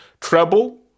treble